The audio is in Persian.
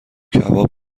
کباب